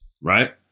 right